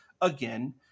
again